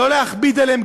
לא להכביד עליהם,